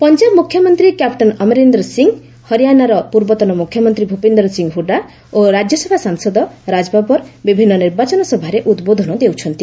ପଞ୍ଜାବ ମୁଖ୍ୟମନ୍ତ୍ରୀ କ୍ୟାପଟେନ୍ ଅମରିନ୍ଦର ସିଂ ହରିୟାନାର ପୂର୍ବତନ ମୁଖ୍ୟମନ୍ତ୍ରୀ ଭୂପିନ୍ଦର ସିଂ ହୁଡା ଓ ରାଜ୍ୟସଭା ସାଂସଦ ରାଜବବର ବିଭିନ୍ନ ନିର୍ବାଚନ ସଭାରେ ଉଦ୍ବୋଧନ ଦେଉଛନ୍ତି